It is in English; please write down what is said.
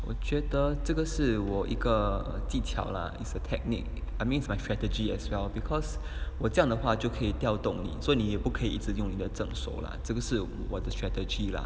我觉得真的是我一个技巧 lah is a technique I mean it's my strategy as well because 我这样的话就可以调动你说你不可以一直用你所以你也不能一直用你的正手啦这个是我的 strategy lah